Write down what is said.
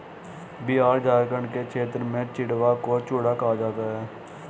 बिहार झारखंड के क्षेत्र में चिड़वा को चूड़ा कहा जाता है